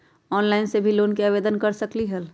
Online से भी loan के आवेदन कर सकलीहल?